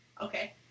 Okay